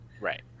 right